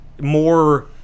more